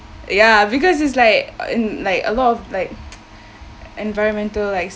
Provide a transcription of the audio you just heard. ya because it's like um like a lot of like environmental like